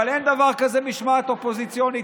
אבל אין דבר כזה משמעת אופוזיציונית.